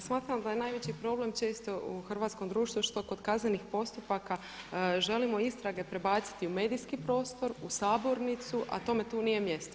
Pa smatram da je najveći problem često u hrvatskom društvu što kod kaznenih postupaka želimo istrage prebaciti u medijski prostor, u sabornicu a tome tu nije mjesto.